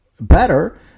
better